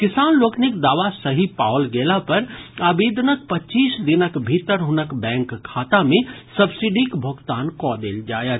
किसान लोकनिक दावा सही पाओल गेला पर आवेदनक पच्चीस दिनक भीतर हुनक बैंक खाता मे सब्सिडीक भोगतान कऽ देल जायत